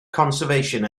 conservation